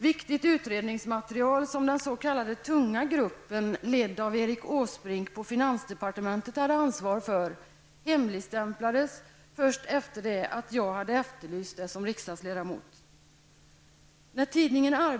Viktigt utredningsmaterial, som den s.k. tunga gruppen ledd av Erik Åsbrink på finansdepartementet hade ansvaret för, hemligstämplades först efter det att jag hade efterlyst det som riksdagsledamot.